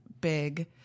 big